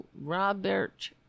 Robert